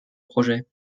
projet